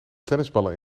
tennisballen